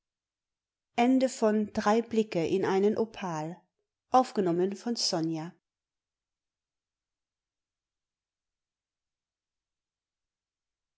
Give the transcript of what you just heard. drei blicke in einen opal an